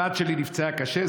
הבת שלי נפצעה קשה.